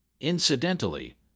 Incidentally